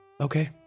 Okay